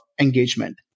engagement